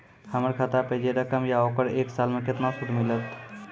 हमर खाता पे जे रकम या ओकर एक साल मे केतना सूद मिलत?